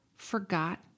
forgot